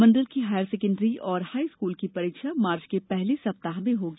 मंडल की higher secondary और high school की परीक्षा मार्च के पहले सप्ताह में होगी